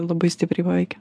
labai stipriai paveikia